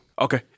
Okay